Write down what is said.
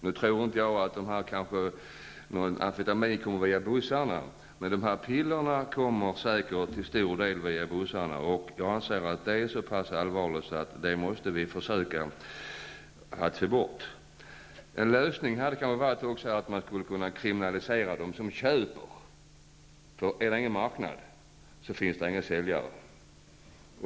Nu tror jag inte att amfetamin kommer via bussarna, men pillren som tullen talar om kommer säkert till stor del med bussarna, och jag anser att detta är så allvarligt att vi måste försöka få bort den hanteringen. En lösning hade kanske varit att kriminalisera dem som köper, för är det ingen marknad finns det inga säljare.